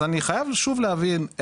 אז אני חייב שוב להבין.